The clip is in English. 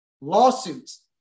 lawsuits